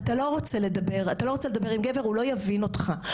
והוא לא רוצה לדבר עם גבר כי הוא לא יבין --- היא,